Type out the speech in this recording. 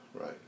right